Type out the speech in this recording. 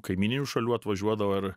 kaimyninių šalių atvažiuodavo ar